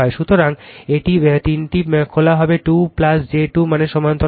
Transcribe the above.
সুতরাং এটি তিনটি খোলা হবে 2 j 2 মানে সমান্তরাল